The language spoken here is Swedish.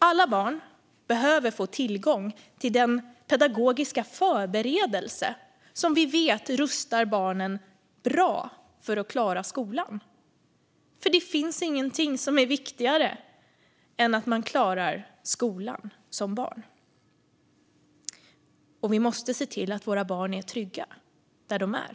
Alla barn behöver få tillgång till den pedagogiska förberedelse som vi vet rustar barnen bra för att klara skolan, för det finns ingenting viktigare än att man klarar skolan som barn. Vi måste också se till att våra barn är trygga där de är.